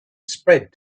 spread